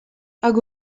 hag